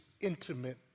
intimate